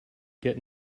get